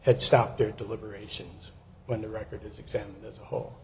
had stopped their deliberations when the record is examined this whole